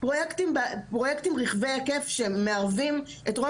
פרויקטים רחבי היקף שמערבים את רוב